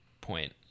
point